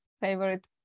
favorite